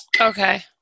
Okay